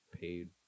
paid